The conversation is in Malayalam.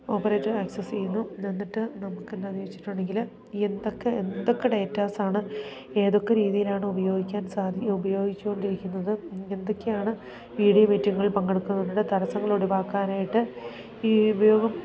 ഓപ്പറേറ്റർ ആക്സസ് ചെയ്യുന്നു എന്നിട്ട് നമുക്ക് എന്നാന്ന് ചോദിച്ചിട്ടുണ്ടെങ്കിൽ എന്തൊക്കെ എന്തൊക്കെ ഡേറ്റാസാണ് ഏതൊക്കെ രീതിയിലാണ് ഉപയോഗിക്കാൻ സാധിക്കുക ഉപയോഗിച്ചുകൊണ്ടിരിക്കുന്നത് എന്തൊക്കെയാണ് വീഡിയോ മീറ്റിംഗിൽ പങ്കെടുക്കുന്നതുകൊണ്ടുള്ള തടസങ്ങൾ ഒടിവാക്കാനായിട്ട് ഈ ഉപയോഗം